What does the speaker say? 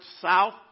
south